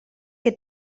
que